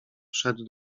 wszedł